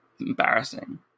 embarrassing